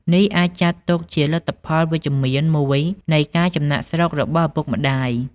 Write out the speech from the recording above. នេះអាចចាត់ទុកជាលទ្ធផលវិជ្ជមានមួយនៃការចំណាកស្រុករបស់ឪពុកម្តាយ។